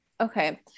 okay